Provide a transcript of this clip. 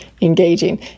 engaging